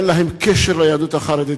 אין להם קשר ליהדות החרדית.